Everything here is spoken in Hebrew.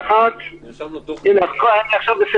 זה מאוד מאוד חשוב,